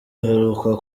uheruka